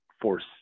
force